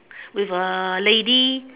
with a lady